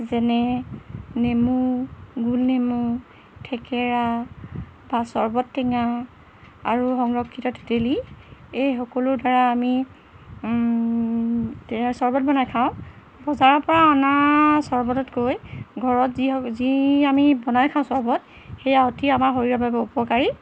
যেনে নেমু গোলনেমু ঠেকেৰা বা চৰ্বত টেঙা আৰু সংৰক্ষিত তেতেলী এই সকলো দ্বাৰা আমি চৰ্বত বনাই খাওঁ বজাৰৰপৰা অনা চৰ্বততকৈ ঘৰত যি যি আমি বনাই খাওঁ চৰ্বত সেয়া অতি আমাৰ শৰীৰৰ বাবে উপকাৰী